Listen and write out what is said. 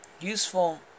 useful